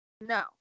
No